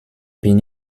bin